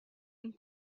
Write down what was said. and